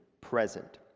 present